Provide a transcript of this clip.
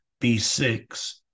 B6